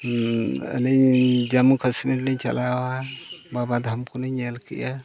ᱟᱹᱞᱤᱧ ᱡᱚᱢᱢᱩ ᱠᱟᱥᱢᱤᱨ ᱠᱚᱞᱤᱧ ᱪᱟᱞᱟᱣᱟ ᱵᱟᱵᱟ ᱫᱷᱟᱢ ᱠᱚᱞᱤᱧ ᱧᱮᱞ ᱠᱮᱜᱼᱟ